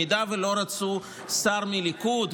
אם לא רצו שר מהליכוד,